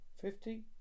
Fifty